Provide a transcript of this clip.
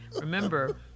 Remember